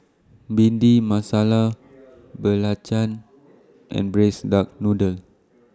Bhindi Masala Belacan and Braised Duck Noodle